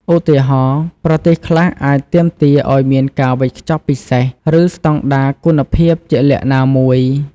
ឧទាហរណ៍ ប្រទេសខ្លះអាចទាមទារឲ្យមានការវេចខ្ចប់ពិសេស ឬស្តង់ដារគុណភាពជាក់លាក់ណាមួយ។